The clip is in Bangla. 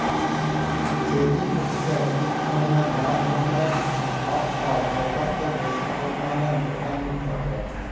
চেরি হছে ইক ধরলের লাল রঙের টক ফল যেটতে বেশি পরিমালে ভিটামিল থ্যাকে